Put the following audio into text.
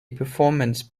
performance